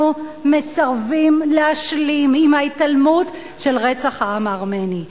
מסרבים להשלים עם ההתעלמות מרצח העם הארמני,